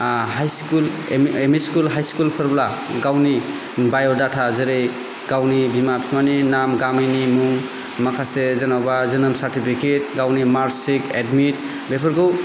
high school M E school हाइस्कुलफोरब्ला गावनि बाय'दाथा जेरै गावनि बिमा फिफानि नाम गामिनि मुं माखासे जेनेबा जोनोम सार्टिफिकेट गावनि मार्कसित एडमित बेफोरखौ